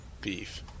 beef